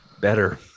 better